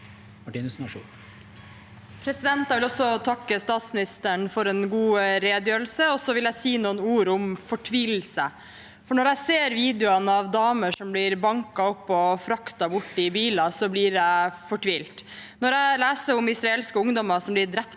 Martinussen (R) Også jeg vil takke statsministeren for en god redegjørelse. Jeg vil si noen ord om fortvilelse. For når jeg ser videoene av damer som blir banket opp og fraktet bort i biler, blir jeg fortvilet. Når jeg leser om israelske ungdommer som blir drept